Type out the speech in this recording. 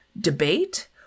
debate